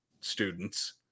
students